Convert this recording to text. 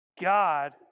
God